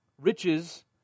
Riches